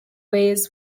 ways